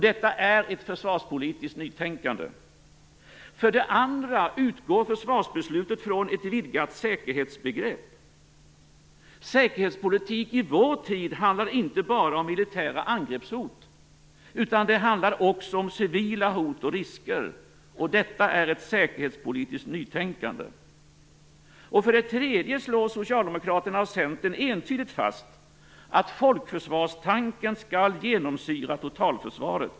Detta är ett försvarspolitiskt nytänkande. För det andra utgår försvarsbeslutet från ett vidgat säkerhetsbegrepp. Säkerhetspolitik i vår tid handlar inte bara om militära angreppshot, utan också om civila hot och risker. Detta är ett säkerhetspolitiskt nytänkande. För det tredje slår Socialdemokraterna och Centern entydigt fast att folkförsvarstanken skall genomsyra totalförsvaret.